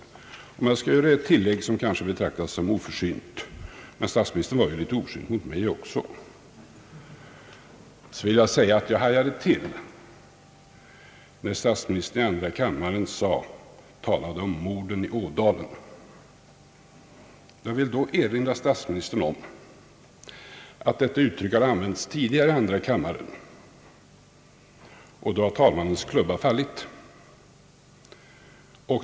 Jag kanske dock skulle göra ett tillägg, som måhända betraktas som oförsynt, men statsministern var ju litet oförsynt mot mig också. Jag hajade till när statsministern i andra kammaren talade om »morden i Ådalen». Jag vill erinra statsministern om att detta uttryck har använts tidigare i andra kammaren, och då har talmannens klubba fallit.